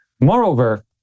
moreover